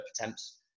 attempts